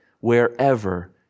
wherever